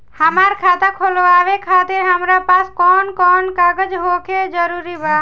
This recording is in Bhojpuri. हमार खाता खोलवावे खातिर हमरा पास कऊन कऊन कागज होखल जरूरी बा?